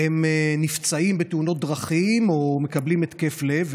הם נפצעים בתאונות דרכים או מקבלים התקף לב,